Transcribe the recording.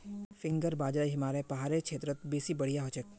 finger बाजरा हिमालय पहाड़ेर क्षेत्रत बेसी बढ़िया हछेक